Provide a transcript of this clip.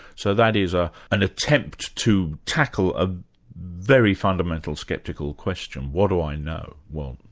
so that is ah an attempt to tackle a very fundamental skeptical question. what do i know? well,